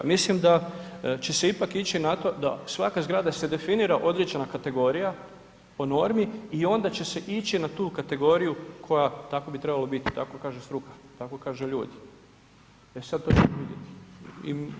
Mislim da će se ipak ići na to da svaka zgrada se definira određena kategorija po normi i onda će se ići na tu kategoriju koja tako bi trebalo biti, tako kaže struka, tako kažu ljudi, e sada to ćemo vidjeti.